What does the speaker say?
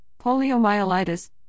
poliomyelitis